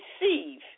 receive